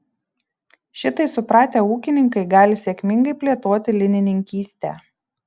šitai supratę ūkininkai gali sėkmingai plėtoti linininkystę